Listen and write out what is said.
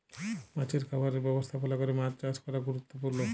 মাছের খামারের ব্যবস্থাপলা ক্যরে মাছ চাষ ক্যরা গুরুত্তপুর্ল